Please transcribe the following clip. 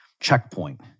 checkpoint